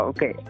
Okay